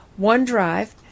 OneDrive